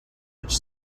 which